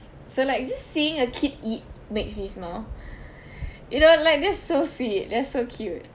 so like just seeing a kid eat makes me smile you know like just so sweet that's so cute